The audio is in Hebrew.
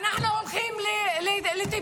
אנחנו הולכות לטיפול.